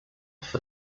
for